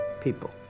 people